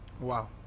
Wow